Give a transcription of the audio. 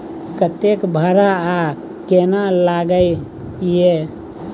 कतेक भाड़ा आ केना लागय ये?